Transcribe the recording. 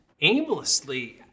aimlessly